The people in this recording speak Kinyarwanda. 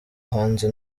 hanze